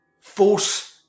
force